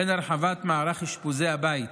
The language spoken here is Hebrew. וכן הרחבת מערך אשפוזי הבית